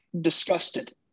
Disgusted